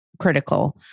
critical